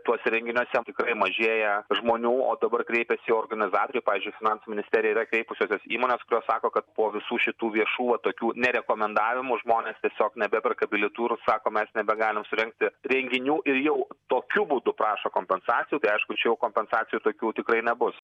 tuose renginiuose tikrai mažėja žmonių o dabar kreipiasi į organizatorių pavyzdžiui finansų ministerija yra kreipusiosios į įmones kurios sako kad po visų šitų viešų va tokių nerekomendavimų žmonės tiesiog nebeperka bilietų ir sako mes nebegalim surengti renginių ir jau tokiu būdu prašo kompensacijų tai aišku čia jau kompensacijų tokių tikrai nebus